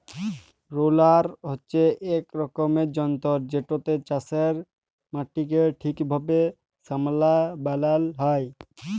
roller হছে ইক রকমের যল্তর যেটতে চাষের মাটিকে ঠিকভাবে সমাল বালাল হ্যয়